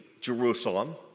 Jerusalem